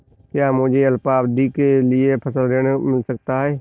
क्या मुझे अल्पावधि के लिए फसल ऋण मिल सकता है?